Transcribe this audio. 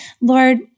Lord